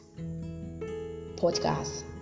podcast